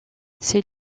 ses